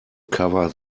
cover